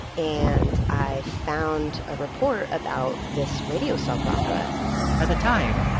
and i found a report about this radio soap opera at the time,